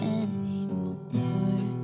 anymore